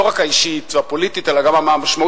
לא רק האישית והפוליטית אלא גם מה המשמעות